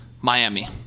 miami